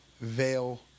veil